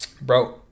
Bro